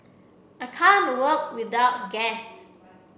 I can't work without gas